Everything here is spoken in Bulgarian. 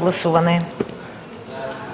Гласували